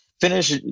finish